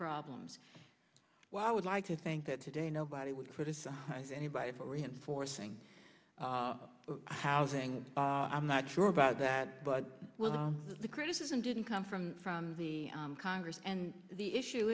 problems well i would like to think that today nobody would criticize anybody for reinforcing housing i'm not sure about that but with all the criticism didn't come from from the congress and the issue